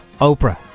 Oprah